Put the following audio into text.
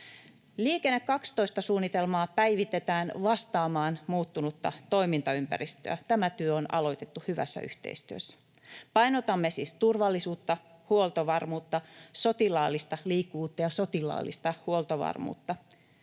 Liikenne 12 ‑suunnitelmaa päivitetään vastaamaan muuttunutta toimintaympäristöä. Tämä työ on aloitettu hyvässä yhteistyössä. Painotamme siis turvallisuutta, huoltovarmuutta, sotilaallista liikkuvuutta ja sotilaallista huoltovarmuutta.